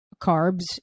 carbs